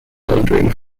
laundering